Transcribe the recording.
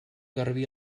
garbí